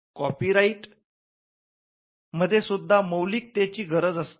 copyright साहित्याचा अधिकार मध्ये सुद्धा मौलिकतेचि गरज असते